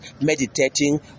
meditating